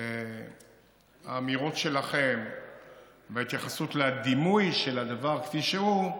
האמירות שלכם וההתייחסות לדימוי של הדבר כפי שהוא,